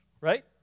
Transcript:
right